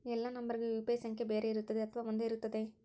ಎಲ್ಲಾ ನಂಬರಿಗೂ ಯು.ಪಿ.ಐ ಸಂಖ್ಯೆ ಬೇರೆ ಇರುತ್ತದೆ ಅಥವಾ ಒಂದೇ ಇರುತ್ತದೆ?